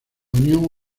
unión